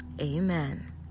amen